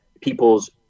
people's